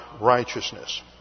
righteousness